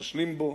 ראש לימבו,